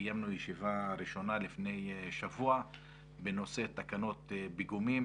קיימנו ישיבה ראשונה לפני שבוע בנושא תקנות פיגומים.